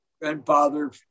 grandfather